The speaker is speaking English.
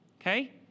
okay